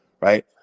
Right